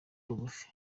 bugufi